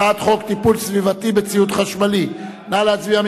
הצעת חוק לטיפול סביבתי בציוד חשמלי, נא להצביע.